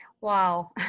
Wow